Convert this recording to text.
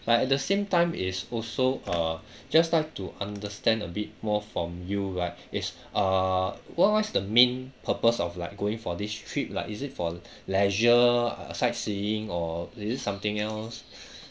but at the same time is also uh just like to understand a bit more from you right is err what what's the main purpose of like going for this trip like is it for leisure sightseeing or is it something else